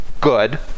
Good